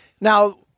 Now